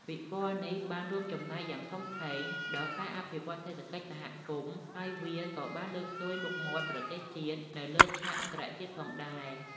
ពិព័រណ៍នេះបានរួមចំណែកយ៉ាងធំធេងដល់ការអភិវឌ្ឍន៍សេដ្ឋកិច្ចសហគមន៍ ហើយវាក៏បានលើកស្ទួយមុខមាត់ប្រទេសជាតិនៅលើឆាកអន្តរជាតិផងដែរ។